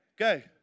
Okay